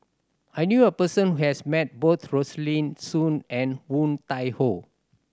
I knew a person who has met both Rosaline Soon and Woon Tai Ho